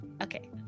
Okay